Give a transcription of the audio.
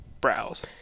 browse